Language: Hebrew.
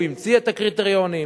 הוא המציא את הקריטריונים,